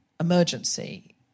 emergency